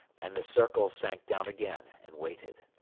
and the circle sank down again and waited.